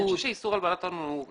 אני חושב שאיסור הלבנת הון הוא קריטי.